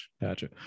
gotcha